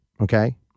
okay